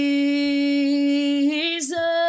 Jesus